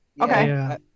Okay